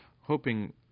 hoping